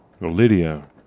Lydia